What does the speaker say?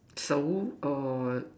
so err